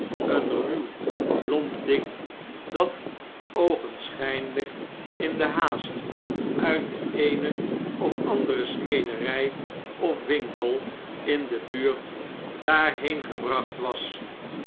een ruw lomp ding dat oogenschpnljjk in de haast uit de eene of andere smederjj of winkel in de buurt daarheen gebracht was